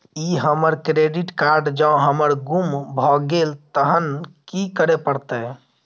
ई हमर credit card जौं हमर गुम भ गेल तहन की करे परतै?